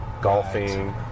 golfing